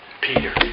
Peter